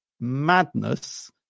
madness